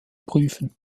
prüfen